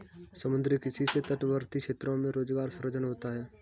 समुद्री किसी से तटवर्ती क्षेत्रों में रोजगार सृजन होता है